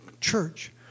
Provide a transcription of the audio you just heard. church